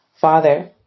Father